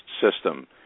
system